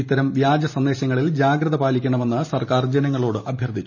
ഇത്തരം വ്യാജ സന്ദേശങ്ങളിൽ ജാഗ്രത പാലിക്കണമെന്ന് സർക്കാർ ജനങ്ങളോട് അഭ്യർത്ഥിച്ചു